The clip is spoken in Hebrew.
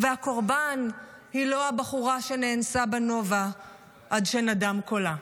והקורבן היא לא הבחורה שנאנסה בנובה עד שנדם קולה.